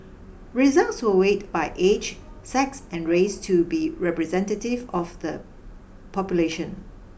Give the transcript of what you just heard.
results were weighted by age sex and race to be representative of the population